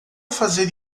fazer